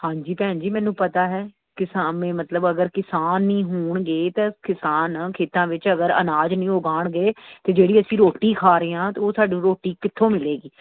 ਹਾਂਜੀ ਭੈਣ ਜੀ ਮੈਨੂੰ ਪਤਾ ਹੈ ਕਿਸਾਨ ਮੇ ਮਤਲਬ ਅਗਰ ਕਿਸਾਨ ਨਹੀਂ ਹੋਣਗੇ ਤਾਂ ਕਿਸਾਨ ਖੇਤਾਂ ਵਿੱਚ ਅਗਰ ਅਨਾਜ ਨਹੀਂ ਉਗਾਉਣਗੇ ਅਤੇ ਜਿਹੜੀ ਅਸੀਂ ਰੋਟੀ ਖਾ ਰਹੇ ਹਾਂ ਅਤੇ ਉਹ ਸਾਨੂੰ ਰੋਟੀ ਕਿੱਥੋਂ ਮਿਲੇਗੀ